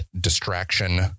distraction